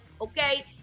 Okay